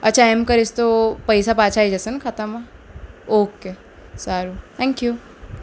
અચ્છા એમ કરીશ તો પૈસા પાછા આવી જશે ને ખાતામાં ઓકે સારું થેન્ક્યુ